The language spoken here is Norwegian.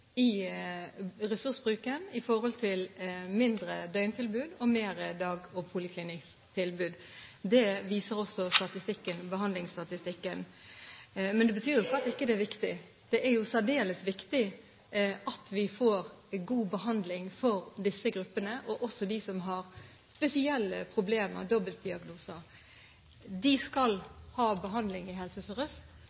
i ressursbruken fra mindre døgntilbud til mer dagtilbud og poliklinisk tilbud. Det viser også behandlingsstatistikken. Men det betyr ikke at det ikke er viktig. Det er særdeles viktig at vi får god behandling for disse gruppene, også for dem som har spesielle problemer, som dobbeltdiagnoser. De skal